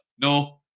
No